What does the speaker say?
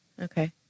Okay